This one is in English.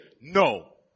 no